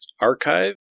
archive